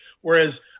Whereas